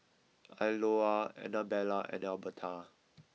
Iola Anabella and Elberta